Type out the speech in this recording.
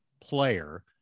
player